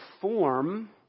form